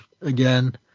again